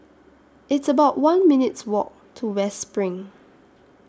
It's about one minutes' Walk to West SPRING